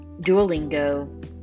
Duolingo